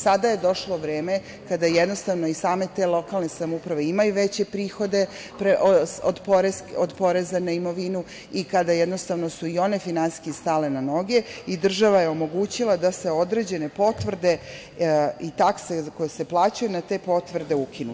Sada je došlo vreme kada jednostavno i same te lokalne samouprave imaju veće prihode od poreza na imovinu i kada su jednostavno i one finansijski stale na noge i država je omogućila da se određene potvrde i takse koje se plaćaju na te potvrde ukinu.